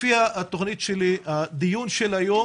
לפי התוכנית שלי בדיון היום,